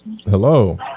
Hello